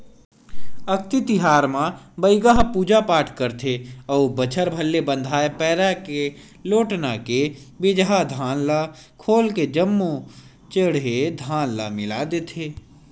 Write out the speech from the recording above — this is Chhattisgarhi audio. अक्ती तिहार म बइगा ह पूजा पाठ करथे अउ बछर भर ले बंधाए पैरा के लोटना के बिजहा धान ल खोल के जम्मो चड़हे धान म मिला देथे